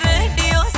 Radio